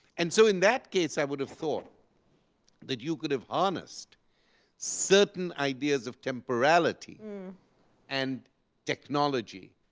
and so in that case, i would have thought that you could have harnessed certain ideas of temporality and technology,